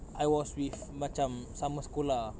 I was with macam sama sekolah